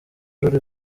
ruri